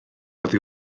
oddi